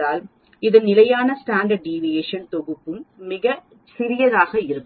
நாள் இதன் நிலையான ஸ்டாண்டர்ட் டிவிஏஷன் தொகுப்பும் மிகச் சிறியதாக இருக்கும்